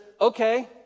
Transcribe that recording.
okay